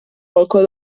balcó